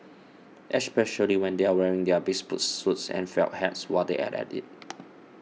especially when they are wearing their bespoke suits and felt hats while they are at it